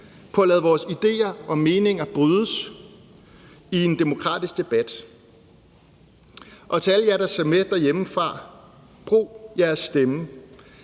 på at lade vores idéer og meninger brydes i en demokratisk debat. Til alle jer, der ser med derhjemmefra: Brug jeres stemme;